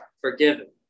forgiven